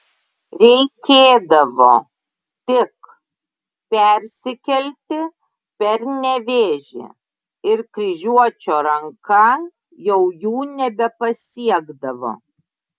reikėdavo tik persikelti per nevėžį ir kryžiuočio ranka jau jų nebepasiekdavo